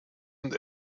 und